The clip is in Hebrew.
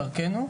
דרכנו,